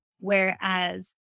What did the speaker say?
whereas